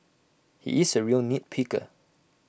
he is A real nit picker